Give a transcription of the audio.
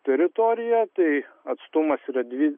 teritorija tai atstumas yra dvi